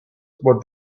what